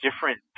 different